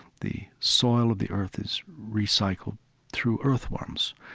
the soil of the earth is recycled through earthworms,